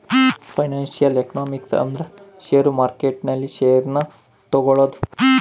financial economics ಅಂದ್ರ share market ನಲ್ಲಿ share ನ ತಗೋಳೋದು